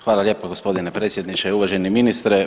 Hvala lijepo g. predsjedniče, uvaženi ministre.